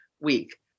week